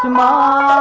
la